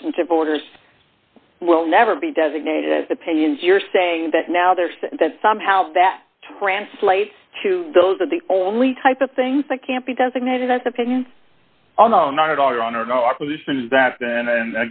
substantive orders will never be designated as opinions you're saying that now they're saying that somehow that translates to those are the only type of things that can't be designated as opinion on no not at all your honor no our position is that then